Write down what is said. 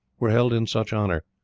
were held in such honour,